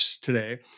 today